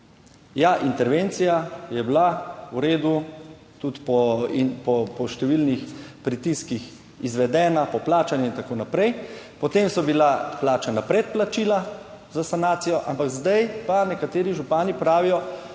Ja, intervencija je bila v redu, tudi po številnih pritiskih izvedena po plačani in tako naprej, potem so bila plačana predplačila za sanacijo, ampak zdaj pa nekateri župani pravijo,